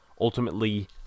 ultimately